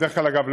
דרך אגב,